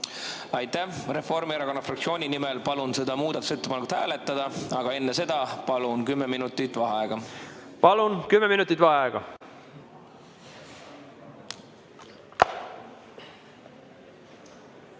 Aitäh! Reformierakonna fraktsiooni nimel palun seda muudatusettepanekut hääletada, aga enne seda palun kümme minutit vaheaega. Palun, kümme minutit vaheaega!V